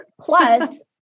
plus